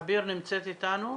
עביר מטאנס נמצאת איתנו?